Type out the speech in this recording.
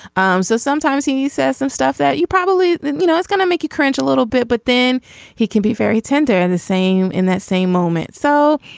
um so sometimes he says some stuff that you probably you know it's gonna make you cringe a little bit. but then he can be very tender and the same in that same moment. so